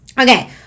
Okay